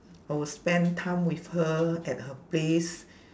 I will spend time with her at her place